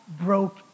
broke